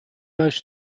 most